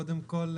קודם כל,